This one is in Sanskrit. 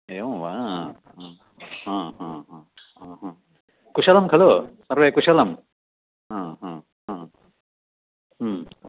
एवं वा कुशलं खलु सर्वे कुशलं